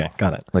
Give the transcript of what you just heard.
and got it. like